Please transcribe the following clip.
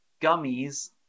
gummies